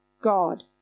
God